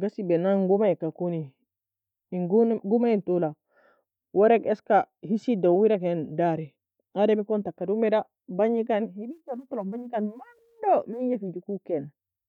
ghasibe nan gomoa eka koni en gomea toula darie eska hesei gadeier ke dari ademi ekon taka domeda bangeken mano menjie koe ukianan